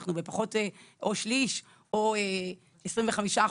אנחנו בשליש או 25%,